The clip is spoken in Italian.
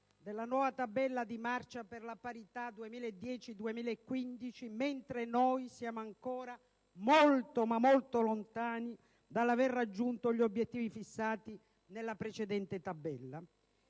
della nuova «Tabella di marcia per la parità 2010-2015», mentre noi siamo ancora molto, molto lontani dall'aver raggiunto gli obiettivi fissati nella precedente tabella.